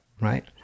right